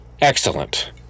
Excellent